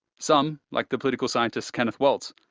some, like the political scientist kenneth waltz,